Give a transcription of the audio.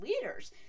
leaders